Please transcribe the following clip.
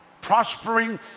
prospering